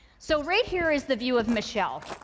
so, right here is the view of michele.